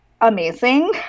amazing